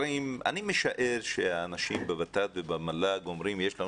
אני משער שאנשים בות"ת ובמל"ג אומרים שיש לנו